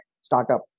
startup